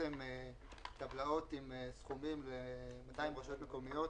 זה טבלאות עם סכומים ל-200 רשויות מקומיות,